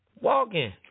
walking